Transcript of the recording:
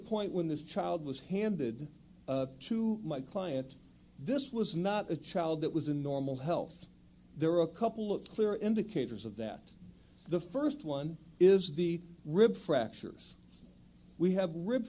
point when this child was handed to my client this was not a child that was a normal health there are a couple of clear indicators of that the first one is the rib fractures we have ri